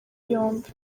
yombi